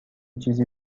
چیزی